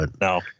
No